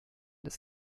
des